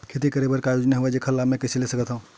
खेती करे बर का का योजना हवय अउ जेखर लाभ मैं कइसे ले सकत हव?